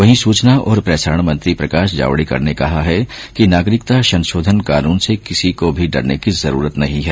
वहीं सूचना और प्रसारण मंत्री प्रकाश जावड़ेकर ने कहा है कि नागरिकता संशोधन कानून से किसी को भी डरने की जरूरत नहीं है